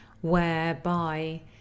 whereby